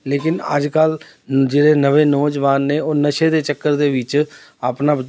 ਲੇਕਿਨ ਅੱਜ ਕੱਲ੍ਹ ਜਿਹੜੇ ਨਵੇਂ ਨੌਜਵਾਨ ਨੇ ਉਹ ਨਸ਼ੇ ਦੇ ਚੱਕਰ ਦੇ ਵਿੱਚ ਆਪਣਾ